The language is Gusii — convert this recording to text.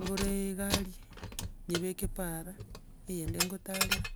Ngore egari, nyebeke para, eyende ngotarera,